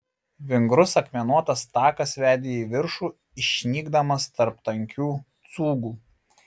vingrus akmenuotas takas vedė į viršų išnykdamas tarp tankių cūgų